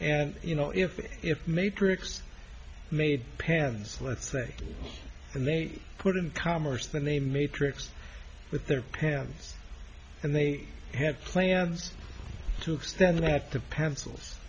and you know if if matrix made pan's let's say and they put in commerce and they matrix with their hands and they had plans to extend that to pencils